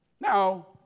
Now